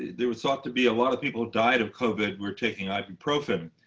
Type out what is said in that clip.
it was thought to be a lot of people died of covid were taking ibuprofen.